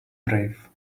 brave